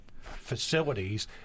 facilities